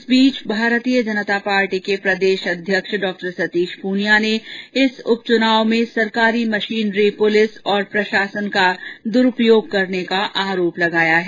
इस बीच भारतीय जनता पार्टी के प्रदेश अध्यक्ष सतीश पूनिया ने इस उप चुनाव में सरकारी मशीनरी पुलिस और प्रशासन का दुरूपयोग करने का आरोप लगाया है